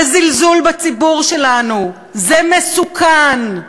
זה זלזול בציבור שלנו, זה מסוכן.